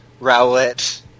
rowlet